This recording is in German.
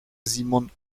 simon